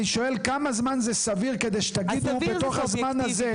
אני שואל כמה זמן זה סביר כדי שתגידו בתוך הזמן הזה.